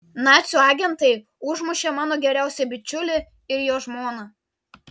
nacių agentai užmušė mano geriausią bičiulį ir jo žmoną